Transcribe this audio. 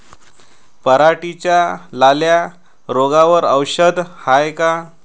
पराटीच्या लाल्या रोगावर औषध हाये का?